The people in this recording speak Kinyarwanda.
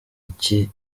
iki